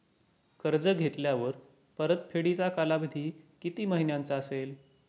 कर्ज घेतल्यावर परतफेडीचा कालावधी किती महिन्यांचा असेल?